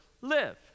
live